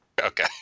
Okay